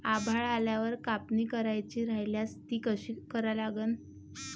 आभाळ आल्यावर कापनी करायची राह्यल्यास ती कशी करा लागन?